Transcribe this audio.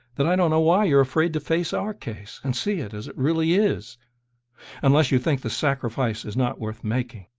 that i don't know why you're afraid to face our case, and see it as it really is unless you think the sacrifice is not worth making.